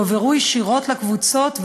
יועברו ישירות לקבוצות,